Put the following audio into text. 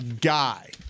guy